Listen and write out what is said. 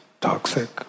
toxic